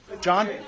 John